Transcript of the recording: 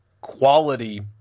quality